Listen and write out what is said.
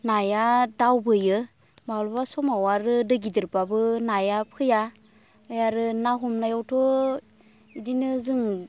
नाया दावबोयो माब्लाबा समाव आरो दै गिदिरबाबो नाया फैया ओमफ्राय आरो ना हमनायावथ' बिदिनो जों